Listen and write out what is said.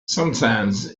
sometimes